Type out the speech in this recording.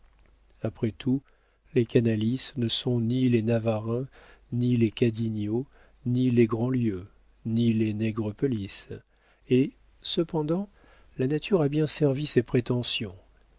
après tout les canalis ne sont ni les navarreins ni les cadignan ni les grandlieu ni les nègrepelisse et cependant la nature a bien servi ses prétentions